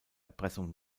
erpressung